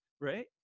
right